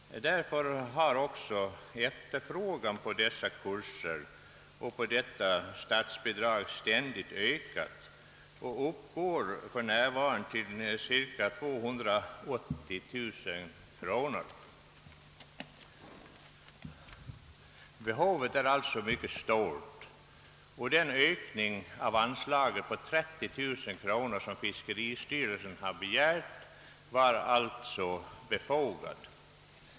Därför har också efterfrågan på dessa kurser ständigt ökat liksom anspråken på statsbidraget, och kostnaderna uppgår för närvarande till cirka 280 000 kronor. Behovet är alltså mycket stort, och den ökning av anslaget med 30 000 kronor som fiskeristyrelsen har begärt är befogad.